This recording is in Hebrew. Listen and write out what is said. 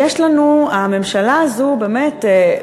יש לנו, הממשלה הזאת באמת,